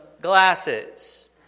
glasses